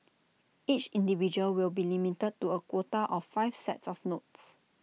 each individual will be limited to A quota of five sets of notes